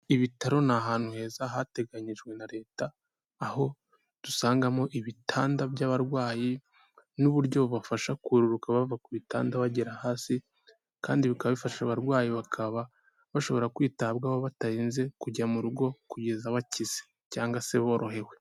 Ibitaro ni ahantu heza hateganyijwe na Leta, aho dusangamo ibitanda by'abarwayi n'uburyo bubafasha kururuka bava kutanda bagera hasi, kandi bikaba bifasha abarwayi bakaba bashobora kwitabwaho batarinze kujya mu rugo, kugeza bakize cyangwa se borohewe.